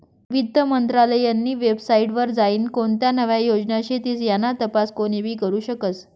वित्त मंत्रालयनी वेबसाईट वर जाईन कोणत्या नव्या योजना शेतीस याना तपास कोनीबी करु शकस